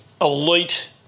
elite